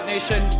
Nation